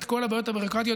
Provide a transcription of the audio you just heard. את כל הבעיות הביורוקרטיות,